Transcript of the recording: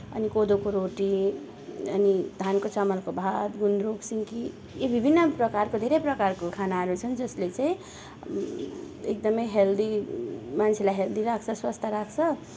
अनि कोदोको रोटी अनि धानको चामलको भात गुन्द्रुक सिन्की यी विभिन्न प्रकारको धेरै प्रकारको खानाहरू छन् जसले चाहिँ एकदमै हेल्दी मान्छेलाई हेल्दी राख्छ स्वस्थ राख्छ